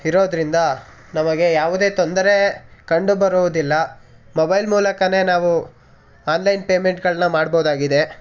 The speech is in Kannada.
ಇರೋದರಿಂದ ನಮಗೆ ಯಾವುದೇ ತೊಂದರೆ ಕಂಡು ಬರುವುದಿಲ್ಲ ಮೊಬೈಲ್ ಮೂಲಕವೇ ನಾವು ಆನ್ಲೈನ್ ಪೇಮೆಂಟ್ಗಳನ್ನ ಮಾಡ್ಬೋದಾಗಿದೆ